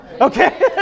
okay